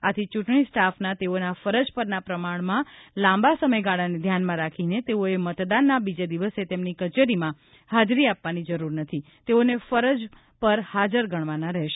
આથી ચૂંટણી સ્ટાફના તેઓના ફરજ પરના પ્રમાણમાં લાંબા સમયગાળાને ધ્યાનમાં રાખી તેઓએ મતદાનના બીજા દિવસે તેમની કચેરીમાં હાજરી આપવાની જરૂર નથી તેઓને ફરજ પર હાજર ગણવાના રહેશે